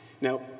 Now